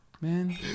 Man